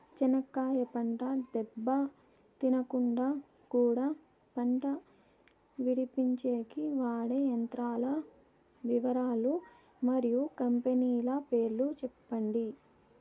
చెనక్కాయ పంట దెబ్బ తినకుండా కుండా పంట విడిపించేకి వాడే యంత్రాల వివరాలు మరియు కంపెనీల పేర్లు చెప్పండి?